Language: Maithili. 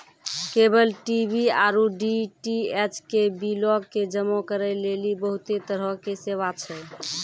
केबल टी.बी आरु डी.टी.एच के बिलो के जमा करै लेली बहुते तरहो के सेवा छै